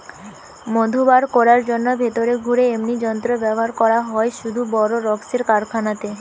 মধু বার কোরার জন্যে ভিতরে ঘুরে এমনি যন্ত্র ব্যাভার করা হয় শুধু বড় রক্মের কারখানাতে